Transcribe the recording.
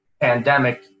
pandemic